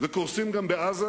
וקורסים גם בעזה.